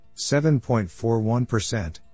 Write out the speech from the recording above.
7.41%